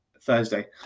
Thursday